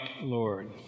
Lord